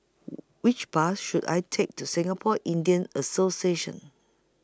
Which Bus should I Take to Singapore Indian Association